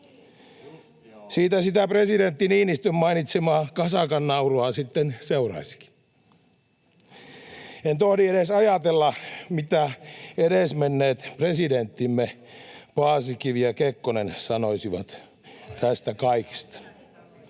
siitä sitä presidentti Niinistön mainitsemaa kasakan naurua sitten seuraisikin. En tohdi edes ajatella, mitä edesmenneet presidenttimme Paasikivi ja Kekkonen sanoisivat tästä kaikesta.